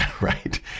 right